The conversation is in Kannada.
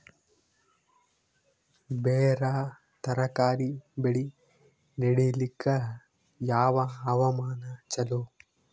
ಬೇರ ತರಕಾರಿ ಬೆಳೆ ನಡಿಲಿಕ ಯಾವ ಹವಾಮಾನ ಚಲೋ?